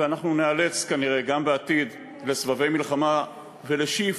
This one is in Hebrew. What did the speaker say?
ואנחנו ניאלץ כנראה גם בעתיד להידרש לסבבי מלחמה ולשאיפה